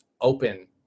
open